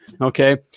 Okay